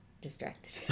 distracted